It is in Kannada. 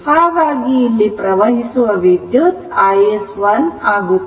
ಹಾಗಾಗಿ ಇಲ್ಲಿ ಪ್ರವಹಿಸುವ ವಿದ್ಯುತ್ iS1 ಆಗುತ್ತದೆ